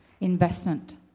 investment